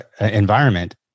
environment